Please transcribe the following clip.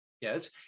Yes